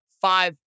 five